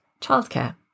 childcare